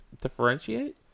differentiate